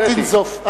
אל תנזוף.